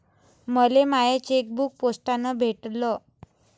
मले माय चेकबुक पोस्टानं भेटल